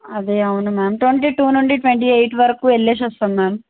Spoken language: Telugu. అదే అవును మ్యామ్ ట్వంటీ టూ నుండి ట్వంటీ ఎయిట్ వరకు వెళ్ళి వస్తాం మ్యామ్